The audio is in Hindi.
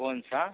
कौन सा